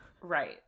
Right